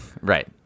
right